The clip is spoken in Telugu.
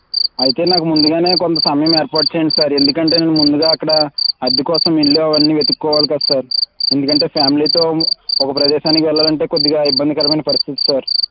అయితే నాకు ముందుగానే కొంత సమయం ఏర్పాటు చేయండి సార్ ఎందుకంటే నేను ముందుగా అక్కడ అద్దె కోసం ఇల్లు అవి అన్ని వెతుక్కోవాలి కదా సార్ ఎందుకంటే ఫ్యామిలీ తో ఒక ప్రదేశానికి వెళ్ళాలంటే కొద్దిగా ఇబ్బందికరమైన పరిస్థితి సార్